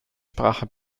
sprache